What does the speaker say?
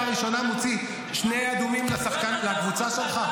הראשונה מוציא שני אדומים לקבוצה שלך?